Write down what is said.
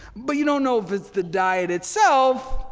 but you don't know if it's the diet itself.